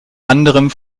anderem